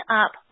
up